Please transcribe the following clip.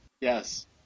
Yes